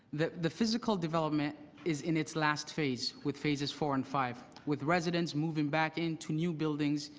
the the physical development is in its last phase with phases four and five. with residents moving back in to new buildings,